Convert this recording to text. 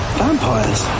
vampires